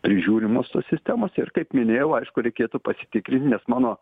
prižiūrimos tos sistemos ir kaip minėjau aišku reikėtų pasitikrint nes mano